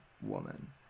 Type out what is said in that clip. woman